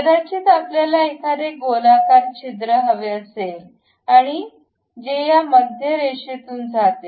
कदाचित आपल्यास एखादे गोलाकार छिद्र हवे असेल आणि जे या मध्य रेषेतून जाते